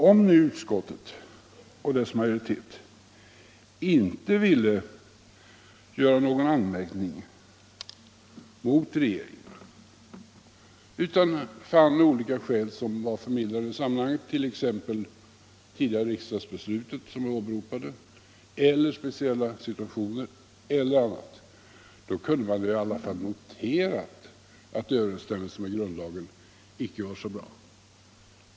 Om nu utskottet och dess majoritet inte ville rikta någon anmärkning mot regeringen utan fann olika förmildrande skäl, t.ex. det tidigare riksdagsbeslut som jag nyss nämnde, speciella situationer eller något annat, då kunde man väl i alla fall ha noterat att överensstämmelsen med grundlagen icke var så bra.